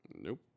nope